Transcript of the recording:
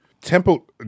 Temple